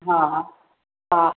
हा हा हा